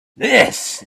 this